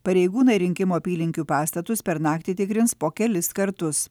pareigūnai rinkimų apylinkių pastatus per naktį tikrins po kelis kartus